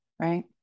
right